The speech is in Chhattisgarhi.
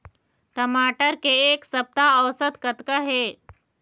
टमाटर के एक सप्ता औसत कतका हे?